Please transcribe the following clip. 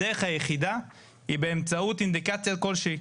הדרך היחידה היא באמצעות אינדיקציה כלשהיא.